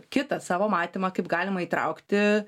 kitą savo matymą kaip galima įtraukti